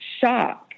shock